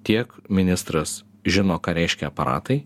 tiek ministras žino ką reiškia aparatai